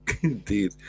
Indeed